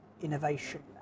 innovation